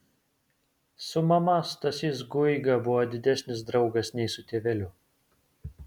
su mama stasys guiga buvo didesnis draugas nei su tėveliu